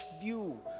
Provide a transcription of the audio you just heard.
view